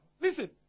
listen